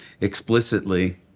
explicitly